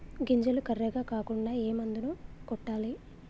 గింజలు కర్రెగ కాకుండా ఏ మందును కొట్టాలి?